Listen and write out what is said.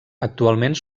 actualment